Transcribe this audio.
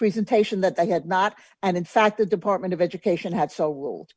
presentation that i had not and in fact the department of education had so